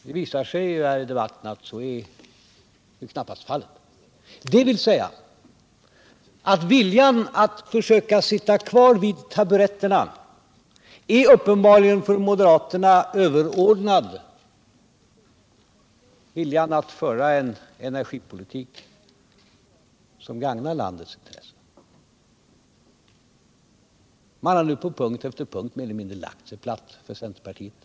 Det visar sig i debatten att så är knappast fallet, dvs. viljan att sitta kvar på taburetterna är uppenbarligen för moderaterna överordnad viljan att föra en energipolitik som gagnar landets intressen. Man har nu på punkt efter punkt mer eller mindre lagt sig platt för centerpartiet.